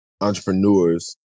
entrepreneurs